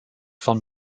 von